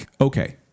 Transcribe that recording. Okay